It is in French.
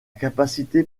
capacité